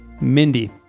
Mindy